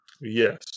yes